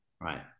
Right